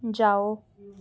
जाओ